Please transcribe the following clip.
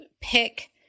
pick